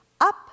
up